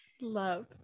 love